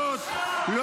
סגור את המיקרופון.